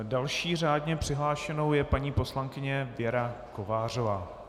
Další řádně přihlášenou je paní poslankyně Věra Kovářová.